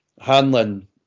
Hanlon